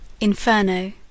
Inferno